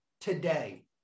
today